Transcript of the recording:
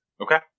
Okay